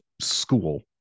school